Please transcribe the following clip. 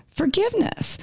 forgiveness